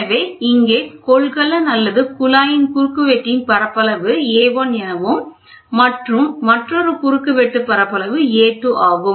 எனவே இங்கே கொள்கலன் அல்லது குழாயின் குறுக்குவெட்டின் பரப்பளவு A1 எனவும் மற்றொரு குறுக்கு வெட்டு பரப்பளவு A2 ஆகும்